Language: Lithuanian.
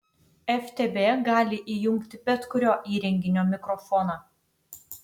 ftb gali įjungti bet kurio įrenginio mikrofoną